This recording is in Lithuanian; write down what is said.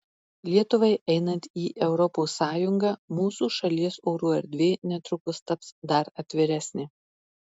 lietuvai einant į europos sąjungą mūsų šalies oro erdvė netrukus taps dar atviresnė